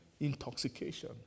intoxication